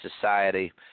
society